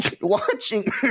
watching